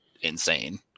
insane